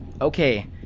Okay